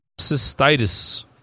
cystitis